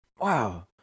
Wow